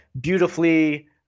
beautifully